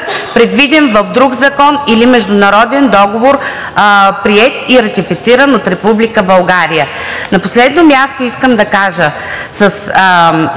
предвиден в друг закон или международен договор, приет и ратифициран от Република България. На последно място искам да кажа: